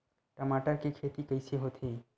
टमाटर के खेती कइसे होथे?